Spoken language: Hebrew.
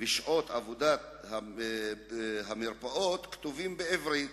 ושעות העבודה כתובים בעברית